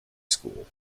school